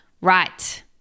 Right